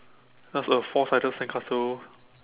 just a four sided sandcastle